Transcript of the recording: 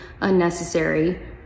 unnecessary